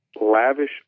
lavish